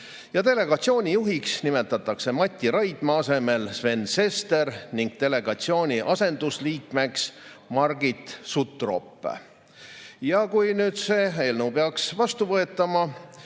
Delegatsiooni juhiks nimetatakse Mati Raidma asemel Sven Sester ning delegatsiooni asendusliikmeks Margit Sutrop. Kui see eelnõu peaks vastu võetama,